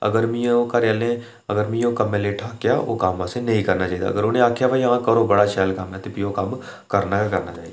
अगर मिगी ओह् घरै आह्ले मिगी ओह् कम्मै लेई ठाकेआ ओह् कम्म असें नेईं करना चाहिदा अगर उ'नें आक्खेआ कि करो बड़ा शैल कम्म ऐ करो ते प्ही ओह् करना गै करना चाहिदा ऐ